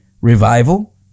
revival